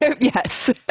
Yes